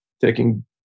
taking